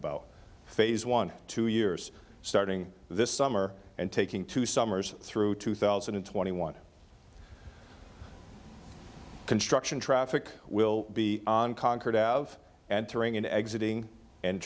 about phase twelve years starting this summer and taking two summers through two thousand and twenty one construction traffic will be conquered out of and tearing into exiting and